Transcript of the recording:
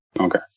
Okay